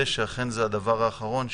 זה לא אותו דבר ואלה תקנות ביצוע.